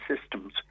systems